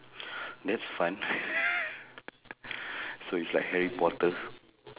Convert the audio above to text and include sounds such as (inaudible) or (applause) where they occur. (breath) that's fun (laughs) (breath) so it's like harry-potter